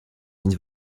une